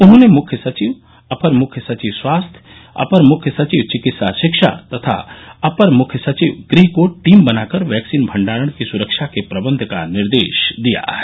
उन्होंने मुख्य सचिव अपर मुख्य सचिव स्वास्थ्य अपर मुख्य सचिव चिकित्सा शिक्षा तथा अपर मुख्य सचिव गृह को टीम बना कर वैक्सीन भण्डारण की सुरक्षा के प्रबंध का निर्देश दिया है